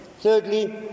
Thirdly